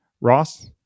Ross